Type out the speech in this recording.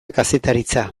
kazetaritza